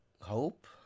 hope